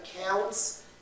counts